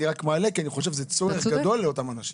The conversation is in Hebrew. אני רק מעלה כי אני חושב שזה צורך גדול לאותם אנשים.